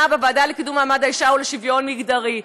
בוועדה לקידום מעמד האישה ולשוויון מגדרי.